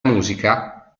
musica